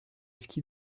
ski